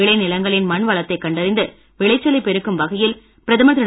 விளை நிலங்களின் மண்வளத்தை கண்டறிந்து விளைச்சலை பெருக்கும் வகையில் பிரதமர் திரு